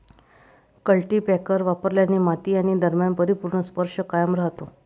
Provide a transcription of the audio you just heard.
cultipacker वापरल्याने माती आणि दरम्यान परिपूर्ण स्पर्श कायम राहतो